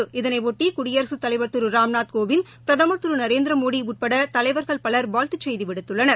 கோவிந்த் இதனையொட்டிகுடியரசுத் தலைவர் திருராம்நாத் பிரதமர் திரு நரேந்திரமோடிஉட்படதலைவர்கள் பவர் வாழ்த்துச் செய்திவிடுத்துள்ளனர்